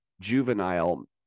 juvenile